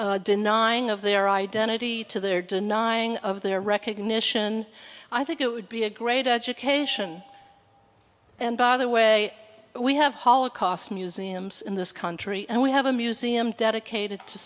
denying of their identity to their denying of their recognition i think it would be a great education and by the way we have holocaust museums in this country and we have a museum dedicated to